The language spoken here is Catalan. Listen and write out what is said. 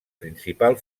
principal